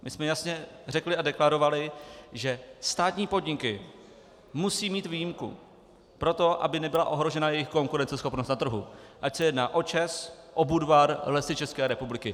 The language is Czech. My jsme jasně řekli a deklarovali, že státní podniky musí mít výjimku, aby nebyla ohrožena jejich konkurenceschopnost na trhu, ať se jedná o ČEZ, o Budvar, Lesy České republiky.